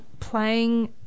Playing